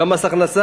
גם מס הכנסה,